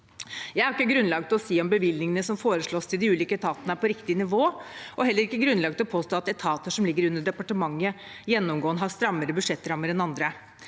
Jeg har ikke grunnlag for å si om bevilgningene som foreslås til de ulike etatene, er på riktig nivå. Jeg har heller ikke grunnlag for å påstå at etater som ligger under departementet, gjennomgående har strammere budsjettrammer enn andre.